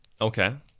Okay